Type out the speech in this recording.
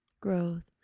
growth